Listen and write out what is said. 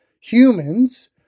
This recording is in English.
humans